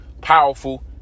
powerful